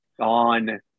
on